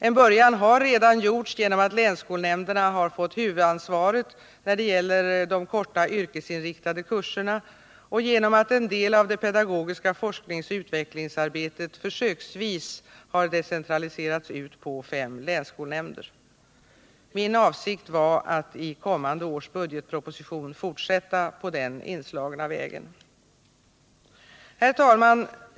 En början har redan gjorts genom att länsskolnämnderna fått huvudansvaret då det gäller de korta yrkesinriktade kurserna och genom att en del av det pedagogiska forskningsoch utvecklingsarbetet försöksvis har decentraliserats ut på fem länsskolnämnder. Min avsikt var att i kommande års budgetproposition fortsätta på den inslagna vägen. Herr talman!